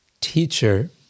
teacher